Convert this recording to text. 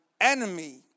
enemy